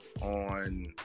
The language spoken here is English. on